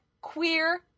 queer